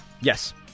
Yes